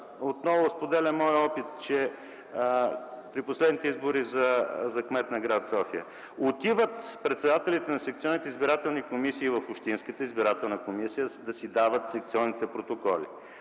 отново споделям моя опит от последните избори за кмет на гр. София. Председателите на секционните избирателни комисии отиват в общинската избирателна комисия да си дават секционните протоколи.